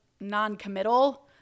non-committal